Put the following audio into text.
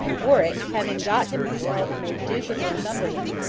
warwick, having got himself made duke of northumberland,